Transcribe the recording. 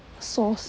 sauce